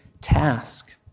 task